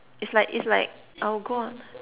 it's like it's like I'll go on